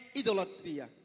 idolatria